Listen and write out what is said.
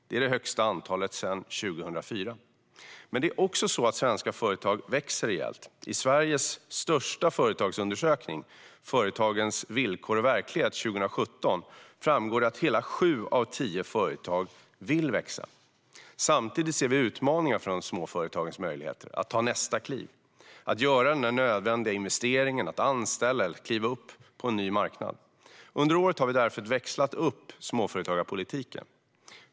Det är det högsta antalet sedan 2004. Men det är också så att svenska företag växer rejält. I Sveriges största företagsundersökning Företagens villkor och verklighet 2017 framgår det att hela sju av tio företag vill växa. Samtidigt ser vi utmaningar för de små företagens möjligheter att ta nästa kliv, att göra den där nödvändiga investeringen, att anställa eller kliva upp på en ny marknad. Under året har vi därför växlat upp småföretagarpolitiken.